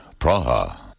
Praha